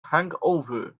hangover